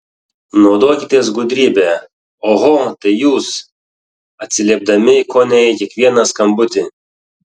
naudokitės gudrybe oho tai jūs atsiliepdami kone į kiekvieną skambutį